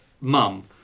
mum